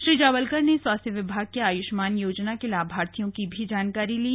श्री जावलकर ने स्वास्थ्य विभाग के आयुष्मान योजना के लाभार्थियों की भी जानकारी ली